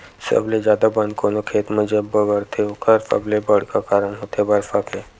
सबले जादा बन कोनो खेत म जब बगरथे ओखर सबले बड़का कारन होथे बरसा के